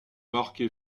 marqué